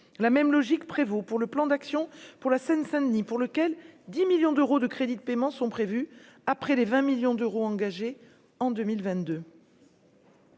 la même logique prévaut pour le plan d'action pour la Seine-Saint-Denis, pour lequel 10 millions d'euros de crédits de paiement sont prévues après les 20 millions d'euros engagés en 2022.